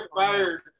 fired